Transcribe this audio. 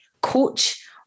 coach